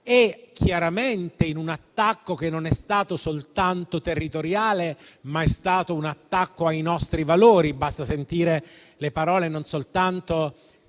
chiaramente in un attacco che non è stato soltanto territoriale, ma è stato un attacco ai nostri valori. Basta sentire le parole non soltanto